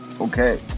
Okay